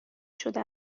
شده